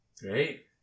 Great